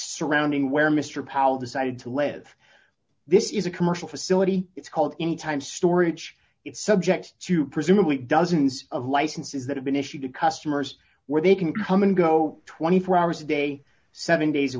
surrounding where mr powell decided to live this is a commercial facility it's called anytime storage it's subject to presumably dozens of licenses that have been issued to customers where they can come and go twenty four hours a day seven days a